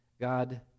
God